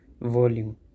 volume